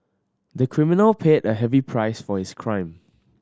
the criminal paid a heavy price for his crime